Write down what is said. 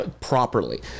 properly